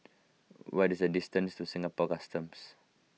what is the distance to Singapore Customs